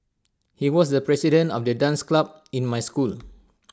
he was the president of the dance club in my school